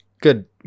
good